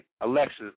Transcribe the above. Alexis